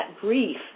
grief